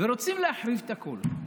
ורוצים להחריב את הכול.